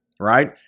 Right